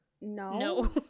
No